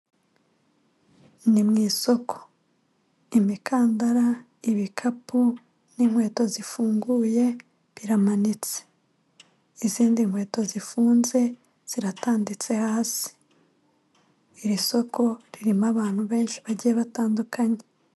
Ni mu isoko imikandara, ibikapu, n'inkweto zifunguye biramanitse izindi nkweto zifunze ziratanditse hasi, iri soko ririmo abantu benshi bagiye batandukanye